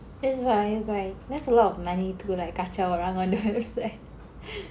that's why it's like that's a lot of money to like kacau orang on the website